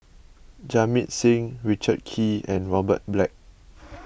Jamit Singh Richard Kee and Robert Black